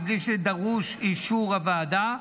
בלי שדרוש אישור הוועדה,